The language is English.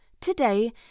today